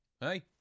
Hey